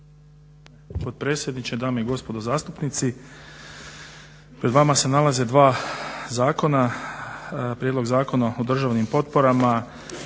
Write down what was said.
potpredsjedniče. Dame i gospodo zastupnici. Pred vama se nalaze dva zakona Prijedlog zakona o državnim potporama